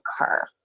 occur